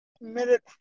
minute